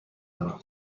دارم